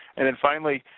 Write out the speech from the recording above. and, then, finally,